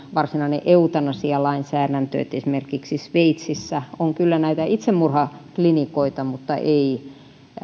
varsinainen eutanasialainsäädäntö että esimerkiksi sveitsissä on kyllä näitä itsemurhaklinikoita mutta ei